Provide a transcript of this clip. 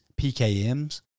PKMs